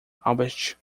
albert